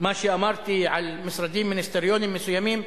מה שאמרתי על משרדים מיניסטריוניים מסוימים,